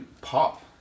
pop